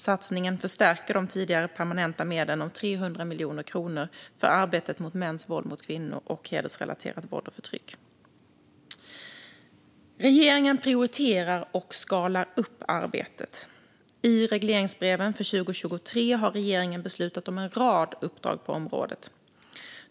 Satsningen förstärker de sedan tidigare permanenta medlen om 300 miljoner kronor för arbetet mot mäns våld mot kvinnor och hedersrelaterat våld och förtryck. Regeringen prioriterar och skalar upp arbetet. I regleringsbreven för 2023 har regeringen beslutat om en rad uppdrag på området.